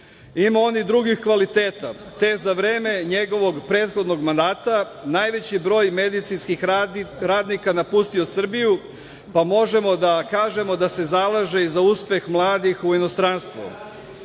Ima on i drugih kvaliteta, te za vreme njegovog prethodnog mandata najveći broj medicinskih radnika je napustio Srbiju, pa možemo da kažemo da se zalaže i za uspeh mladih u inostranstvo.